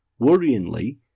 worryingly